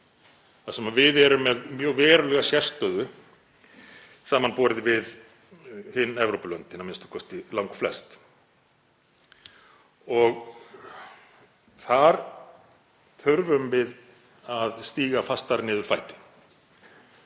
þar sem við erum með mjög verulega sérstöðu samanborið við hin Evrópulöndin, a.m.k. langflest. Þar þurfum við að stíga fastar niður fæti.